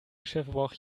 geschirrverbrauch